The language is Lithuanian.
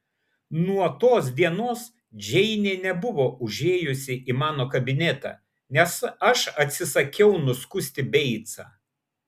nuo tos dienos džeinė nebuvo užėjusi į mano kabinetą nes aš atsisakiau nuskusti beicą